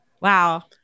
Wow